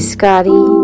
Scotty